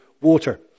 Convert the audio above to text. water